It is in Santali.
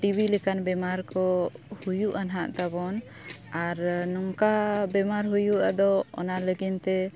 ᱴᱤ ᱵᱤ ᱞᱮᱠᱟᱱ ᱵᱮᱢᱟᱨ ᱠᱚ ᱦᱩᱭᱩᱜᱼᱟ ᱱᱟᱜ ᱛᱟᱵᱚᱱ ᱟᱨ ᱱᱚᱝᱠᱟ ᱵᱮᱢᱟᱨ ᱦᱩᱭᱩᱜ ᱟᱫᱚ ᱚᱱᱟ ᱞᱟᱹᱜᱤᱫ ᱛᱮ